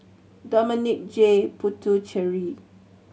Dominic J Puthucheary